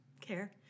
care